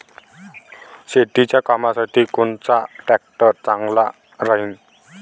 शेतीच्या कामासाठी कोनचा ट्रॅक्टर चांगला राहीन?